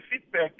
feedback